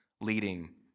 leading